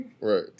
Right